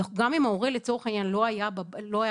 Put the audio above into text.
גם אם ההורה לצורך העניין לא היה בעבודה,